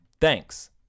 Thanks